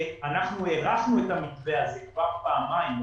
אנחנו הארכנו את המתווה הזה כבר פעמיים,